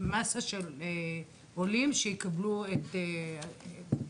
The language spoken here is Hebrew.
מסה של עולים שיקבלו את מה שהם מבקשים,